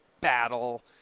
battle